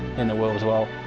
in the world as, well